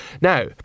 Now